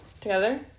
together